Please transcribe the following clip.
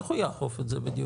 איך הוא יאכוף את זה בדיוק?